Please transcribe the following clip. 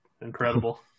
Incredible